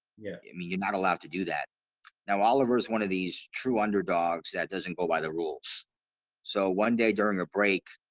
yeah, i mean you're not allowed to do that now oliver is one of these true underdogs. that doesn't go by the rules so one day during a break